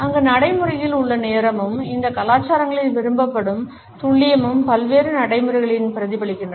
அங்கு நடைமுறையில் உள்ள நேரமும் இந்த கலாச்சாரங்களில் விரும்பப்படும் துல்லியமும் பல்வேறு நடைமுறைகளிலும் பிரதிபலிக்கிறது